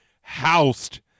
housed